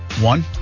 One